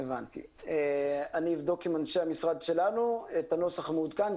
אבדוק עם אנשי המשרד שלנו את הנוסח המעודכן,